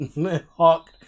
Hawk